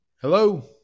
Hello